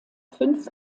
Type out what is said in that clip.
fünf